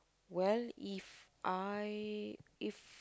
well If I if